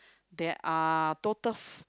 there are total f~